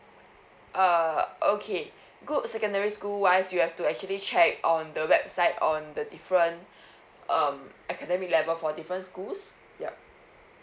uh okay good secondary school wise you have to actually check on the website on the different um academic level for different schools ya